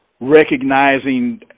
recognizing